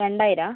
രണ്ടായിരം ആണോ